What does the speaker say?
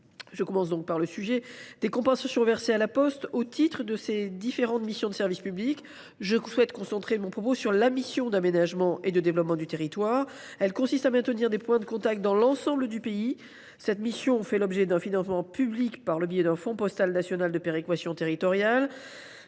Je commence par les compensations versées à La Poste au titre de ses différentes missions de service public. Mon propos se concentrera sur la mission d’aménagement et de développement du territoire. Elle consiste à maintenir des points de contact dans l’ensemble du pays. Cette mission fait l’objet d’un financement public par le biais du fonds postal national de péréquation territoriale